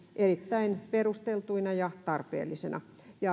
erittäin perusteltuina ja tarpeellisina